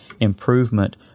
improvement